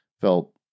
felt